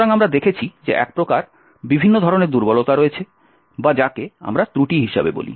সুতরাং আমরা দেখেছি যে এই প্রকার বিভিন্ন ধরণের দুর্বলতা রয়েছে বা যাকে আমরা ত্রুটি হিসাবে বলি